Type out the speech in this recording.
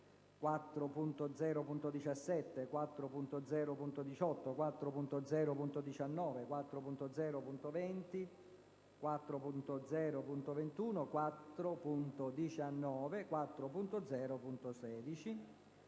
4.0.17, 4.0.18, 4.0.19, 4.0.20, 4.0.21; 4.19